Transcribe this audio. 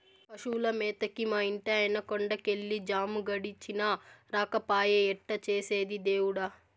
పశువుల మేతకి మా ఇంటాయన కొండ కెళ్ళి జాము గడిచినా రాకపాయె ఎట్టా చేసేది దేవుడా